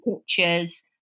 pictures